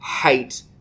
hate